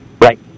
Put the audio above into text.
Right